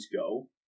go